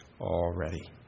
already